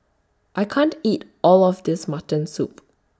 I can't eat All of This Mutton Soup